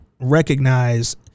recognize